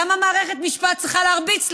למה מערכת משפט צריכה להרביץ לך?